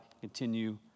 continue